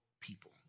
people